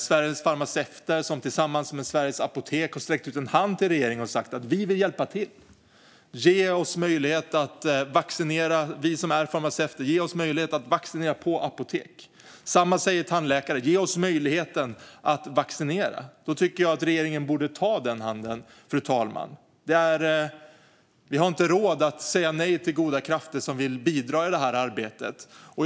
Sveriges farmaceuter har tillsammans med Sveriges apotek sträckt ut en hand till regeringen och sagt att de vill hjälpa till: Ge oss farmaceuter möjlighet att vaccinera på apotek. Detsamma gäller tandläkare: Ge oss möjlighet att vaccinera. Regeringen borde ta denna utsträckta hand. Vi har inte råd att säga nej till goda krafter som vill bidra i detta arbete. Fru talman!